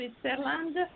Switzerland